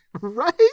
Right